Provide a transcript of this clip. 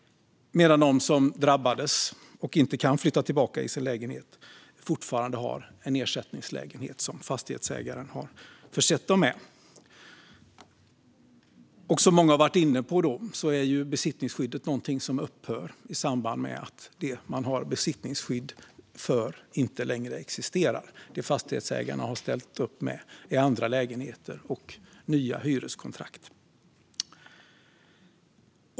De som drabbades och som inte kan flytta tillbaka till sin lägenhet har fortfarande en ersättningslägenhet som fastighetsägaren har försett dem med. Som många har varit inne på är besittningsskyddet någonting som upphör i samband med att det man har besittningsskydd för inte längre existerar. Det fastighetsägarna har ställt upp med är andra lägenheter och nya hyreskontrakt.